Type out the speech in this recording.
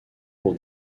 pour